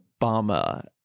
Obama